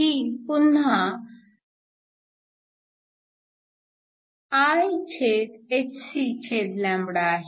ही पुन्हा Ihc आहे